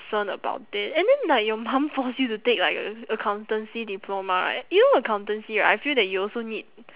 ~cerned about it and then like your mum force you to take like accountancy diploma right you know accountancy right I feel that you also need